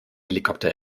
helikopter